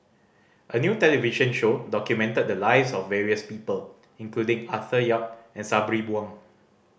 a new television show documented the lives of various people including Arthur Yap and Sabri Buang